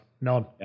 None